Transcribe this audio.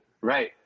right